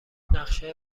نقشه